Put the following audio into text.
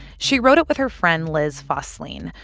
she wrote it with her friend liz fosslien,